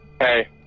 Hey